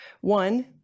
One